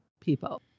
people